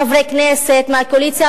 חברי כנסת מהקואליציה,